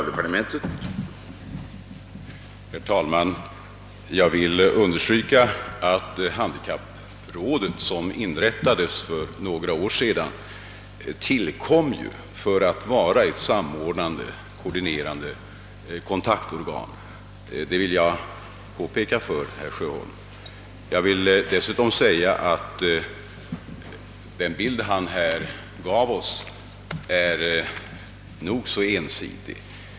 Herr talman! Jag vill understryka att handikapprådet, som inrättades för några år sedan, tillkom för att vara ett samordnande, koordinerande, kontaktorgan. Jag vill dessutom säga att den bild herr Sjöholm här gav oss är nog så ensidig.